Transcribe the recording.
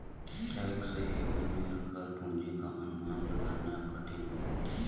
tax haven में रखल पूंजी क अनुमान लगाना कठिन हौ